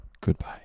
goodbye